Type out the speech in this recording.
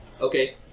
Okay